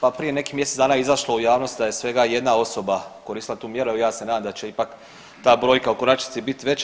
Pa prije nekih mjesec dana je izašlo u javnosti da je svega jedna osoba koristila tu mjeru, evo ja se nadam da će ipak ta brojka u konačnici biti veća.